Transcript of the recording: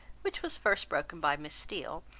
which was first broken by miss steele,